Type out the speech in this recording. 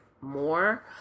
more